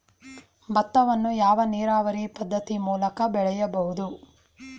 ಭತ್ತವನ್ನು ಯಾವ ನೀರಾವರಿ ಪದ್ಧತಿ ಮೂಲಕ ಬೆಳೆಯಬಹುದು?